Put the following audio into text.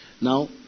Now